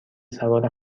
سوار